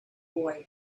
boy